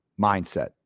Mindset